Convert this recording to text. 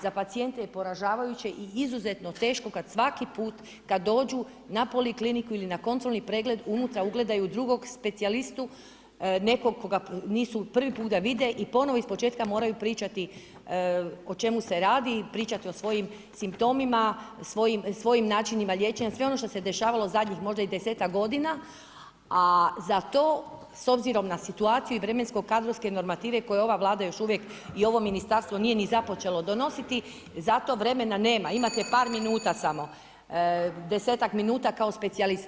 Za pacijente je poražavajuće i izuzetno teško kad svaki put kad dođu n polikliniku ili na kontrolni pregled, unutra ugledaju drugog specijalistu, nekog koga prvi put da vide i ponovno ispočetka moraju pričati o čemu se radi, pričati o svojim simptomima, svojim načinima liječenja, sve ono što se dešavalo zadnjih možda i 10-ak a za to s obzirom na situaciju i vremensko-kadrovske normative koje ova Vlada još uvijek i ovo ministarstvo nije ni započelo donositi, zato vremena nema, imate par minuta samo, 10-ak minuta kao specijalist.